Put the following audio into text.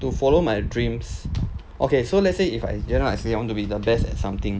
to follow my dreams okay so let's say if I just now I say I want to be the best at something